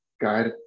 guide